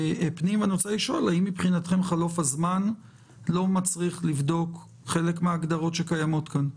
האם מבחינתכם חלוף הזמן לא מצריך לבדוק חלק מההגדרות שקיימות כאן,